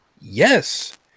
yes